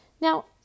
Now